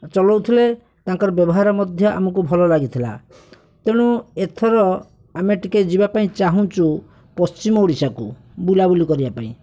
ଚଳାଉ ଥିଲେ ତାଙ୍କ ବ୍ୟବହାର ମଧ୍ୟ ଆମକୁ ଭଲ ଲାଗିଥିଲା ତେଣୁ ଏଥର ଆମେ ଟିକିଏ ଯିବାପାଇଁ ଚାହୁଁଛୁ ପଶ୍ଚିମ ଓଡ଼ିଶାକୁ ବୁଲବୁଲି କରିବା ପାଇଁ